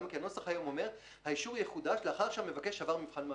הנוסח היום אומר: "האישור יחודש לאחר שמבקש עבר מבחן מעשי".